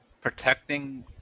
protecting